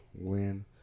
win